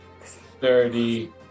thirty